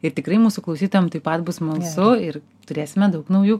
ir tikrai mūsų klausytojam taip pat bus smalsu ir turėsime daug naujų